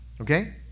Okay